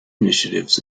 initiatives